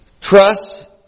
Trust